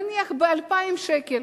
נניח ב-2,000 שקל,